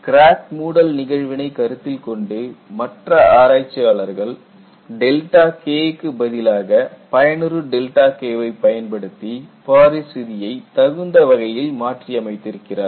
crack மூடல் நிகழ்வினை கருத்தில் கொண்டு மற்ற ஆராய்ச்சியாளர்ர்கள் Δk க்கு பதிலாக பயனுறு Δk வை பயன்படுத்தி பாரிஸ் விதியை தகுந்த வகையில் மாற்றி அமைத்து இருக்கிறார்கள்